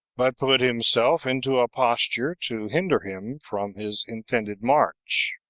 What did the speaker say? but put himself into a posture to hinder him from his intended march.